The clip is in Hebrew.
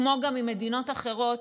כמו גם ממדינות אחרות,